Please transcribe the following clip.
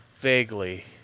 Vaguely